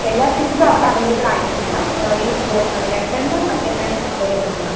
എല്ലാ സീഫുഡും അവിടെ അവൈലബിൾ ആയിരിക്കില്ല ഈ ഗോ ലണ്ടനിൽ എല്ലാം അവൈലബിൾ ആണ്